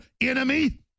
enemy